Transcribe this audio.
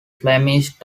flemish